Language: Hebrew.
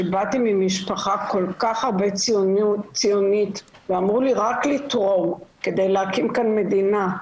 שבאתי ממשפחה כל כך ציונית ואמרו לי רק לתרום כדי להקים כאן מדינה,